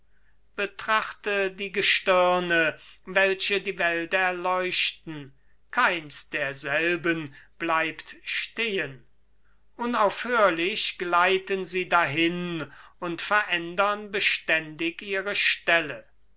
betrachte die gestirne welche die welt erleuchten keins derselben bleibt stehen unaufhörlich gleiten sie dahin und verändern beständig ihre stelle